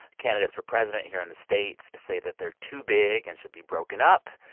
candidates for president here in the states say that they're too big and should be broken up.